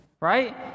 right